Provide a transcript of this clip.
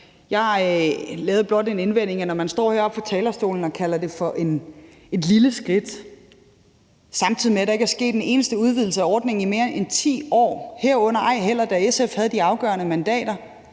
Jeg kom blot med den indvending, at når man står heroppe fra talerstolen og kalder det for et lille skridt, samtidig med at der ikke er sket en eneste udvidelse af ordningen i mere end 10 år, herunder ej heller da SF havde de afgørende mandater,